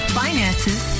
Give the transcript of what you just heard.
finances